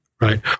Right